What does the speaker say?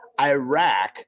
Iraq